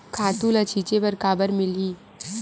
खातु ल छिंचे बर काबर मिलही?